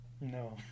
No